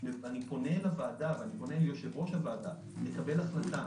אני פונה לוועדה ופונה ליושב-ראש הוועדה לקבל החלטה.